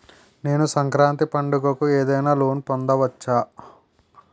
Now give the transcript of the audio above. నేను సంక్రాంతి పండగ కు ఏదైనా లోన్ పొందవచ్చా?